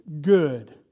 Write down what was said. good